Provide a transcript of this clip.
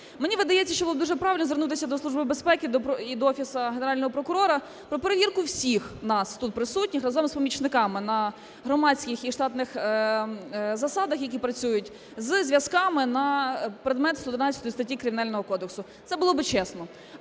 Мені видається, що було б дуже правильно звернутися до Служби безпеки і до Офісу Генерального прокурора про перевірку всіх нас тут присутніх разом з помічниками на громадських і штатних засадах, які працюють, з зв'язками на предмет 112 статті Кримінального кодексу. Це було би чесно.